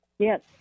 Yes